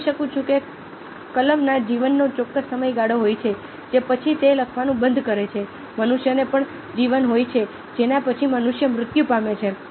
હું કહી શકું છું કે કલમના જીવનનો ચોક્કસ સમયગાળો હોય છે જે પછી તે લખવાનું બંધ કરે છે મનુષ્યને પણ જીવન હોય છે જેના પછી મનુષ્ય મૃત્યુ પામે છે